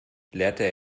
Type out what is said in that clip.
lehrte